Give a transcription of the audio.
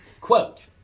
Quote